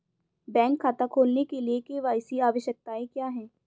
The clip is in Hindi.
बैंक खाता खोलने के लिए के.वाई.सी आवश्यकताएं क्या हैं?